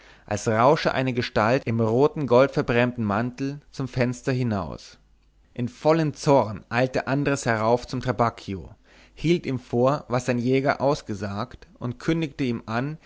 als rausche eine gestalt im roten goldverbrämten mantel zum fenster hinaus in vollem zorn eilte andres herauf zum trabacchio hielt ihm vor was sein jäger ausgesagt und kündigte ihm an